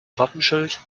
wappenschild